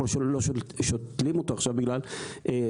אנחנו לא שותלים אותו עכשיו בגלל השמיטה,